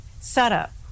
setup